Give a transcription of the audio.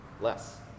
less